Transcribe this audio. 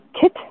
Kit